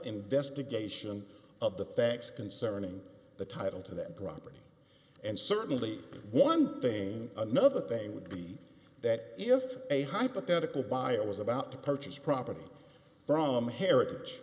investigation of the facts concerning the title to that property and certainly one thing another thing would be that if a hypothetical buyer was about to purchase property from heritage